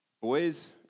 boys